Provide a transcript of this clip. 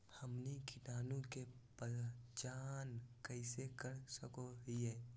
हमनी कीटाणु के पहचान कइसे कर सको हीयइ?